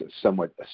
somewhat